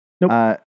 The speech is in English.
Nope